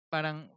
Parang